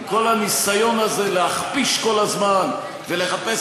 עם כל הניסיון הזה להכפיש כל הזמן ולחפש